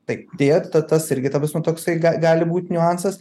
taip deja ta tas irgi ta prasme toksai ga gali būt niuansas